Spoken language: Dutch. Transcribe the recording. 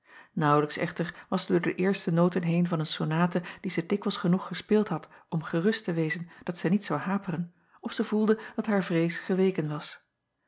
aauwlijks echter was zij door de eerste noten heen van een sonate die zij dikwijls genoeg gespeeld had om gerust te wezen dat zij niet zou haperen of zij voelde dat haar vrees geweken was